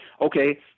okay